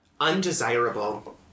Undesirable